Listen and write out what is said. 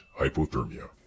hypothermia